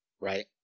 right